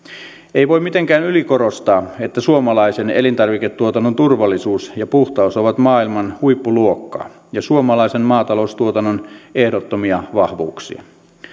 ei voi mitenkään ylikorostaa että suomalaisen elintarviketuotannon turvallisuus ja puhtaus ovat maailman huippuluokkaa ja suomalaisen maataloustuotannon ehdottomia vahvuuksia